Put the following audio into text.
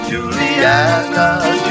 Juliana